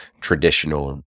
traditional